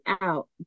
out